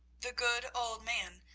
the good old man,